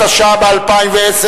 התשע"א 2010,